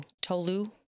Tolu